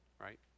right